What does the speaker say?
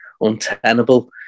untenable